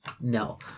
No